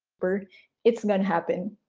but it's going to happen.